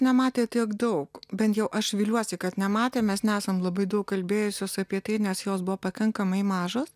nematė tiek daug bent jau aš viliuosi kad nematė mes nesam labai daug kalbėjusios apie tai nes jos buvo pakankamai mažos